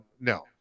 No